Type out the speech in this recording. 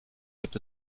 gibt